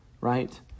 right